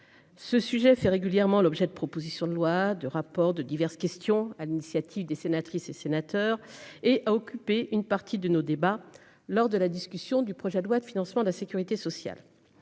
Ce sujet fait régulièrement l'objet de propositions de loi de rapports de diverses questions à l'initiative des sénatrices et sénateurs et a occupé une partie de nos débats lors de la discussion du projet de loi de financement de la Sécurité sociale.